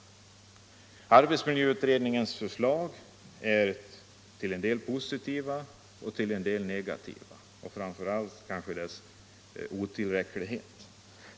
Arbetsmiljöutredningens förslag är till en del positiva och till en del negativa, men tydligast framstår otillräckligheten.